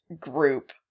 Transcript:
group